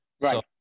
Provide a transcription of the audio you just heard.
Right